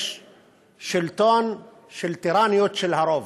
יש שלטון של טירניות של הרוב.